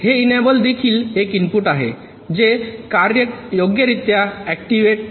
हे इनेबल देखील एक इनपुट आहे जे कार्य योग्यरित्या एक्टीव्हेट करते